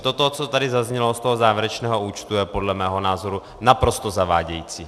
Toto, co tady zaznělo z toho závěrečného účtu, je podle mého názoru naprosto zavádějící.